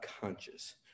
conscious